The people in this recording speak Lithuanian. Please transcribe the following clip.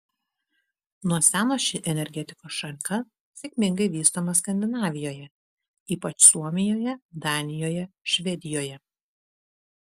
nuo seno ši energetikos šaka sėkmingai vystoma skandinavijoje ypač suomijoje danijoje švedijoje